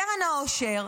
קרן העושר,